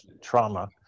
trauma